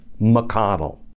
McConnell